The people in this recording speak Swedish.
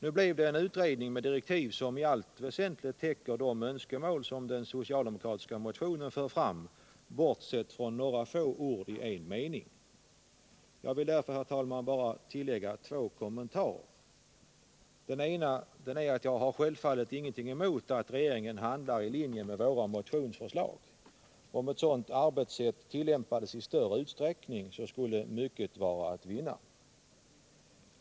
Nu blev det en utredning med direktiv som i allt väsentligt täcker de önskemål som den socialdemokratiska motionen för fram, bortsett från några få ord i en mening. Jag vill därför bara lägga till två kommentarer. Den ena kommentaren är att jag självfallet inte har något emot att regeringen handlat i linje med våra motionsförslag. Om ett sådant arbetssätt tillämpades i större utsträckning skulle mycket vara att vinna.